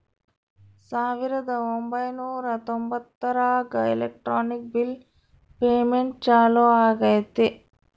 ಸಾವಿರದ ಒಂಬೈನೂರ ತೊಂಬತ್ತರಾಗ ಎಲೆಕ್ಟ್ರಾನಿಕ್ ಬಿಲ್ ಪೇಮೆಂಟ್ ಚಾಲೂ ಆಗೈತೆ